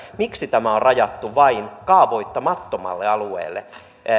miksi tämä on rajattu vain kaavoittamattomalle alueelle